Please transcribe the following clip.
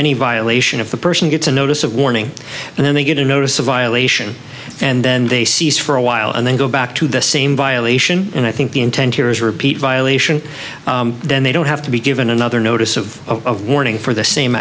any violation of the person gets a notice of warning and then they get a notice of violation and then they seize for a while and then go back to the same violation and i think the intent here is repeat violation then they don't have to be given another notice of warning for the same